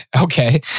Okay